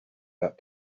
that